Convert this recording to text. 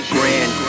Grand